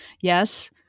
Yes